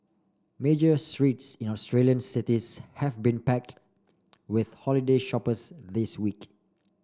major streets in Australian cities have been packed with holiday shoppers this week